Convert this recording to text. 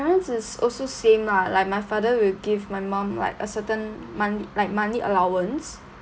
parents it's also same ah like my father will give my mum like a certain monthly like monthly allowance